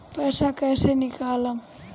पैसा कैसे निकालम?